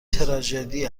تراژدی